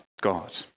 God